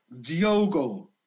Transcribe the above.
Diogo